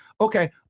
okay